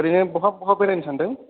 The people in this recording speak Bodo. ओरैनो बहा बहा बेरायनो सानदों